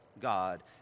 God